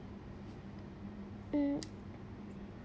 mm